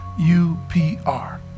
UPR